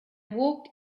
walked